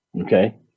Okay